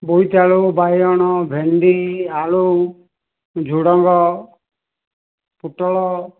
ବୋଇତାଳୁ ବାଇଗଣ ଭେଣ୍ଡି ଆଳୁ ଝୁଡ଼ଙ୍ଗ ପୁଟଳ